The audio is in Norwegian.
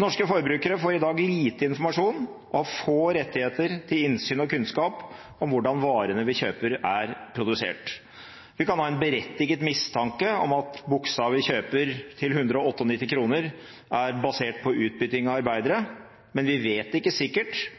Norske forbrukere får i dag lite informasjon og har få rettigheter til innsyn og kunnskap om hvordan varene vi kjøper, er produsert. Vi kan ha en berettiget mistanke om at buksa vi kjøper til 198 kr, er basert på utbytting av arbeidere, men vi vet ikke sikkert.